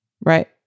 Right